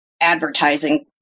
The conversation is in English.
advertising